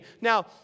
Now